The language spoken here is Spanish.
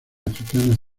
africanas